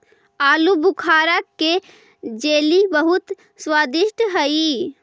आलूबुखारा के जेली बहुत स्वादिष्ट हई